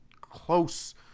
close